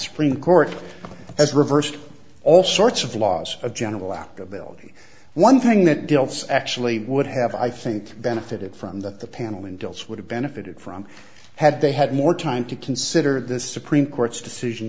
supreme court has reversed all sorts of laws a general lack of ability one thing that deals actually would have i think benefited from that the panel in deals would have benefited from had they had more time to consider the supreme court's decision